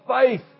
faith